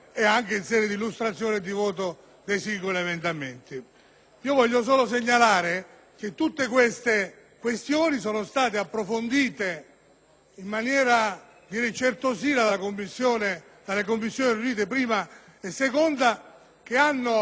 Voglio solo segnalare che tali questioni sono state approfondite in maniera certosina dalle Commissioni riunite 1a e 2a, che hanno ritoccato più volte il testo proprio per evitare